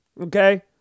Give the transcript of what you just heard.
Okay